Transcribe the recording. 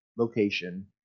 location